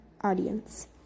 audience